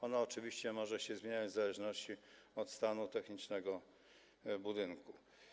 Ono oczywiście może się zmieniać w zależności od stanu technicznego budynku.